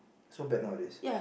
so bad nowadays